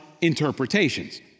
interpretations